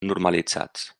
normalitzats